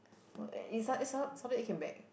well it it it started started to came back